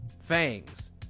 Fangs